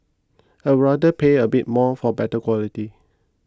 I rather pay a bit more for better quality